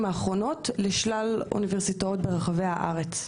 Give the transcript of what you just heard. האחרונות לשלל האוניברסיטאות ברחבי הארץ.